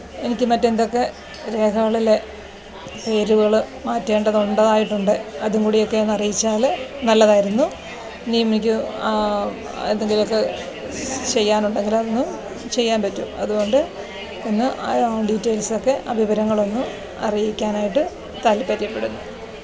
എനിക്ക് മറ്റെന്തൊക്കെ രേഖകളിൽ പേരുകൾ മാറ്റേണ്ടത് ഉള്ളതായിട്ടുണ്ട് അതും കൂടിയൊക്കെ ഒന്ന് അറിയിച്ചാൽ നല്ലതായിരുന്നു ഇനിയും എനിക്ക് ആ ആർക്കെങ്കിലും ഒക്കെ ചെയ്യാനുണ്ടെങ്കിൽ അതൊന്ന് ചെയ്യാന് പറ്റും അതുകൊണ്ട് എന്ന് അയാ ഡീറ്റെയ്ല്സെക്കെ ആ വിവരങ്ങളൊന്നു അറിയിക്കാനായിട്ട് താല്പ്പര്യപ്പെടുന്നു